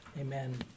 Amen